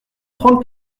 trente